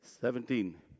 Seventeen